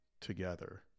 together